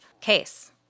case